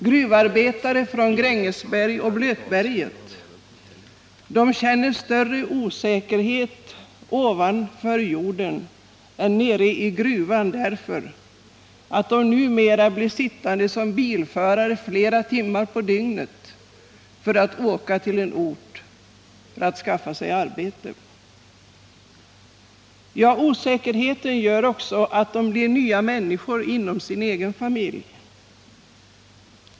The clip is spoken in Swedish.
Gruvarbetare från Grängesberg och Blötberget känner större osäkerhet ovan jord än nere i gruvan när de numera blir sittande som bilförare flera timmar om dygnet för att åka till en ort och skaffa sig arbete. Osäkerheten gör också att de blir nya människor inom sin egen familj.